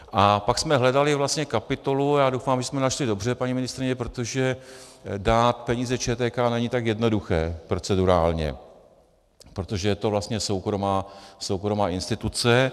A pak jsme hledali vlastně kapitolu, a já doufám, že jsme našli dobře, paní ministryně, protože dát peníze ČTK není tak jednoduché procedurálně, protože to je vlastně soukromá instituce.